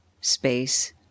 space